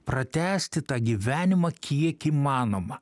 pratęsti tą gyvenimą kiek įmanoma